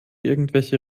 irgendwelche